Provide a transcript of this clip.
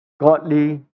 godly